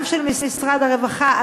גם של משרד הרווחה,